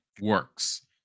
works